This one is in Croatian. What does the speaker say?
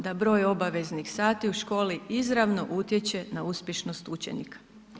Da broj obaveznih sati u školi izravno utječe na uspješnost učenika.